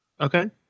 Okay